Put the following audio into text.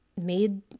made